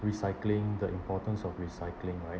recycling the importance of recycling right